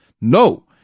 no